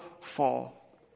fall